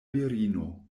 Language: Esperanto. virino